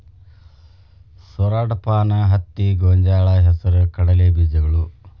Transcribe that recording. ಸೂರಡಪಾನ, ಹತ್ತಿ, ಗೊಂಜಾಳ, ಹೆಸರು ಕಡಲೆ ಬೇಜಗಳು